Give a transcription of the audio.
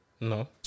No